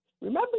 remember